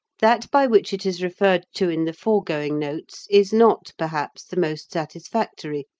that by which it is referred to in the foregoing notes is not, perhaps, the most satisfactory,